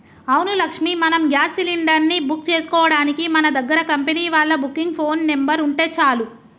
అవును లక్ష్మి మనం gas cylinder ని బుక్ చేసుకోవడానికి మన దగ్గర కంపెనీ వాళ్ళ బుకింగ్ ఫోన్ నెంబర్ ఉంటే చాలు